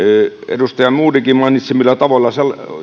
edustaja modigin mainitsemilla tavoilla